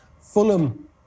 fulham